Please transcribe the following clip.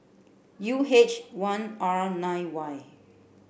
U H one R nine Y